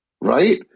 right